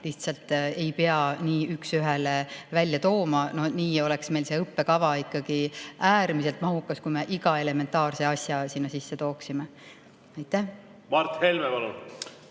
lihtsalt ei pea nii üks ühele välja tooma. Meil oleks see õppekava äärmiselt mahukas, kui me iga elementaarse asja sinna sisse tooksime. Aitäh! Kindlasti